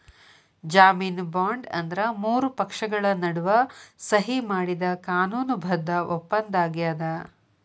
ಜಾಮೇನು ಬಾಂಡ್ ಅಂದ್ರ ಮೂರು ಪಕ್ಷಗಳ ನಡುವ ಸಹಿ ಮಾಡಿದ ಕಾನೂನು ಬದ್ಧ ಒಪ್ಪಂದಾಗ್ಯದ